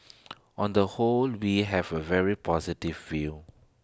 on the whole we have A very positive view